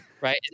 right